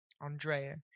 Andrea